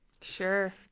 Sure